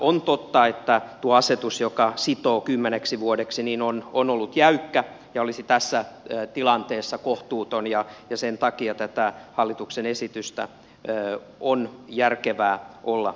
on totta että tuo asetus joka sitoo kymmeneksi vuodeksi on ollut jäykkä ja olisi tässä tilanteessa kohtuuton ja sen takia tätä hallituksen esitystä on järkevää olla puoltamassa